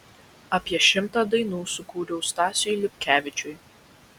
apie šimtą dainų sukūriau stasiui liupkevičiui